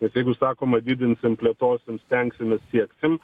nes jeigu sakoma didinsim plėtosis stengsimės sieksim